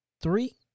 three